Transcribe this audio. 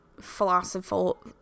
Philosophical